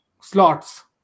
slots